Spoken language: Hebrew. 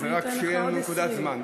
זה רק שתהיה לנו נקודת זמן.